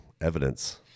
evidence